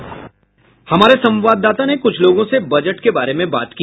हमारे संवाददाता ने कुछ लोगों से बजट के बारे में बात की